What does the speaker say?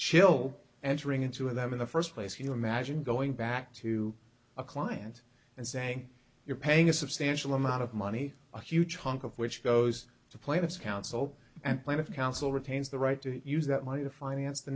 chill entering into heaven the first place you imagine going back to a client and saying you're paying a substantial amount of money a huge chunk of which goes to plaintiffs counsel and plan of counsel retains the right to use that money to finance the